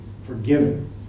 forgiven